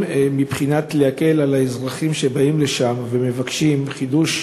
להקל על האזרחים שבאים לשם ומבקשים לחדש,